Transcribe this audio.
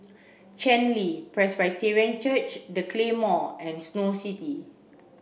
Chen Li Presbyterian Church The Claymore and Snow City